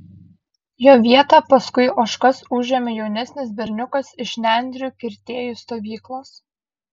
jo vietą paskui ožkas užėmė jaunesnis berniukas iš nendrių kirtėjų stovyklos